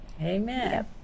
Amen